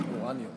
אורניום.